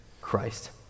Christ